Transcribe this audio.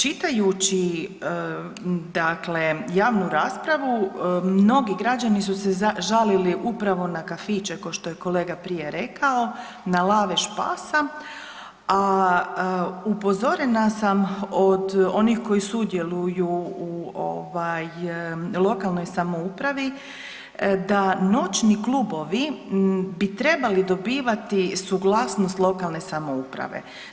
Čitajući dakle, javnu raspravu, mnogi građani su se žalili upravo na kafiće, kao što je kolega prije rekao, na lavež pasa, a upozorena sam od onih koji sudjeluju u lokalnoj samoupravi, da noćni klubovi bi trebali dobivati suglasnost lokalne samouprave.